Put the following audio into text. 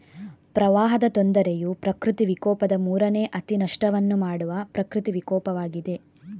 ಪ್ರವಾಹದ ತೊಂದರೆಯು ಪ್ರಕೃತಿ ವಿಕೋಪದ ಮೂರನೇ ಅತಿ ನಷ್ಟವನ್ನು ಮಾಡುವ ಪ್ರಕೃತಿ ವಿಕೋಪವಾಗಿದೆ